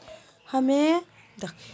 क्या हमें debit card बनाना चाहिए?